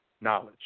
knowledge